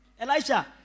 Elijah